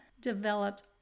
developed